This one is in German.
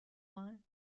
mal